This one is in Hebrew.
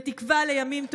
בתקווה לימים טובים.